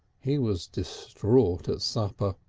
he was distraught at supper.